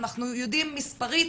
אנחנו יודעים מספרית